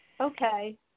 Okay